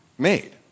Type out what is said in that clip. made